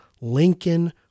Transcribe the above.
Lincoln